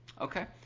Okay